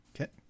Okay